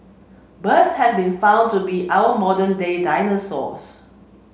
birds have been found to be our modern day dinosaurs